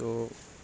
ত'